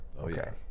Okay